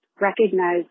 recognize